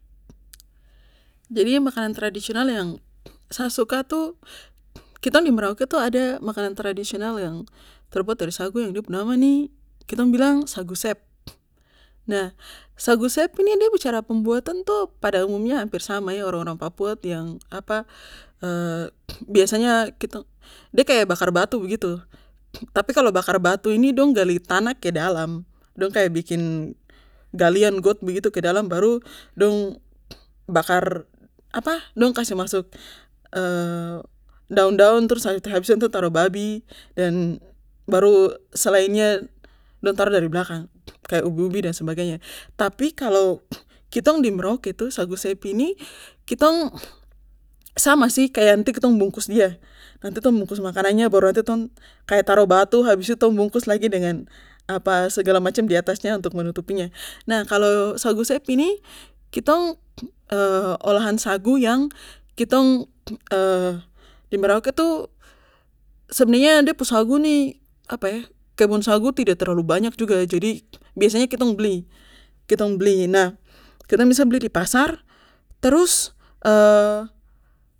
Jadi makanan tradisional yang sa suka tuh kitong di merauke tuh ada makanan tradisional yang terbuat dari sagu yang de pu nama nih kitong bilang sagu sep nah sagu sep nih de pucara pembuatan tuh pada umumnya hampir sama yah orang orang papua yang apa biasanya kitong de kaya bakar batu begitu tapi kalo bakar batu ini dong gali tanah ke dalam dong kaya bikin galian got begitu ke dalam baru dong bakar apa dong kasih masuk daun daun trus habis itu taro babi dan baru selainnya dong taro dari blakang kaya ubi ubi dan sebagainya tapi kalo kitong di merauke tuh sagu sep ini kitong sama sih kaya nanti kitong bungkus dia nan kitong bungkus makananya baru nan tong kaya taro batu habis itu bungkus lagi dengan apa segala macam di atasnya untuk menutupinya nah kalo sagu sep ini kitong olahan sagu yang kitong di merauke tuh de pu sagu nih apa kebun sagu tidak terlalu banyak juga jadi biasa kitong beli kitong beli nah kadang sa beli dipasar terus